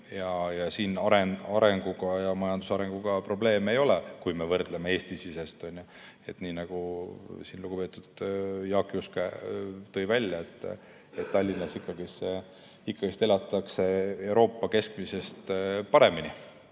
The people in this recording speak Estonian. ja siin arenguga ja majandusarenguga probleeme ei ole, kui me võrdleme Eesti-sisese olukorraga. Nii nagu siin lugupeetud Jaak Juske tõi välja, Tallinnas ikka elatakse Euroopa keskmisest paremini.